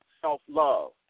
self-love